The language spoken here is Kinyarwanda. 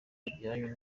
ibyacu